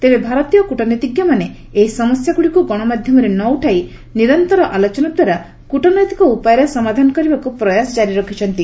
ତେବେ ଭାରତୀୟ କ୍ୱଟନୀତିଜ୍ଞମାନେ ଏହି ସମସ୍ୟାଗୁଡ଼ିକୁ ଗଣମାଧ୍ୟମରେ ନ ଉଠାଇ ନିରନ୍ତର ଆଲୋଚନା ଦ୍ୱାରା କୂଟନୈତିକ ଉପାୟରେ ସମାଧାନ କରିବାକୁ ପ୍ରୟାସ ଜାରି ରଖିଛନ୍ତି